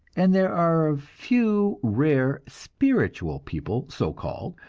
and there are a few rare spiritual people, so-called,